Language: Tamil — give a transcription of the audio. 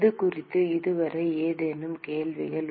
இது குறித்து இதுவரை ஏதேனும் கேள்விகள்